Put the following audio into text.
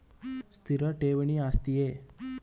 ಸ್ಥಿರ ಠೇವಣಿ ಆಸ್ತಿಯೇ?